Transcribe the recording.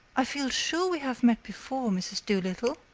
i feel sure we have met before, miss doolittle.